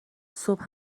صبح